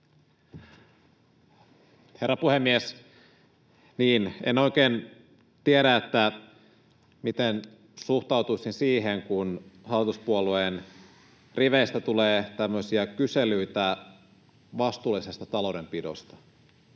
Herra puhemies! Niin, en oikein tiedä, miten suhtautuisin siihen, kun hallituspuolueen riveistä tulee tämmöisiä kyselyitä vastuullisesta taloudenpidosta,